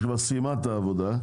שכבר סיימה את העבודה.